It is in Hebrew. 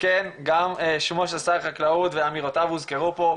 וכן גם שמו של שר החקלאות ואמירותיו הוזכרו פה.